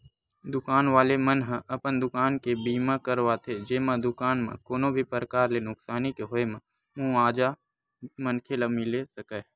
दुकान वाले मन ह अपन दुकान के बीमा करवाथे जेमा दुकान म कोनो भी परकार ले नुकसानी के होय म मुवाजा मनखे ल मिले सकय